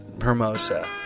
Hermosa